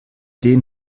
den